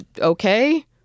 okay